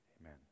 amen